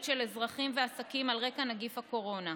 של אזרחים ועסקים על רקע נגיף הקורונה.